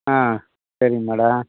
ஆ சரி மேடம்